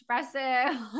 expressive